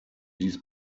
dies